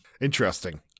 Interesting